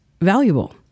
valuable